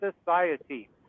society